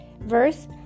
verse